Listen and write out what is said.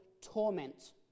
torment